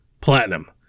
platinum